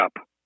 up